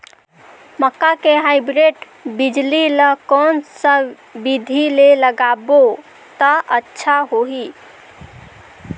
मक्का के हाईब्रिड बिजली ल कोन सा बिधी ले लगाबो त अच्छा होहि?